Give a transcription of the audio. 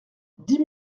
dix